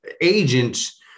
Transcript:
agents